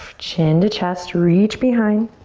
chin to chest, reach behind.